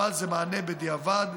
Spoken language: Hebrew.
אבל זה מענה בדיעבד.